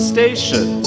Station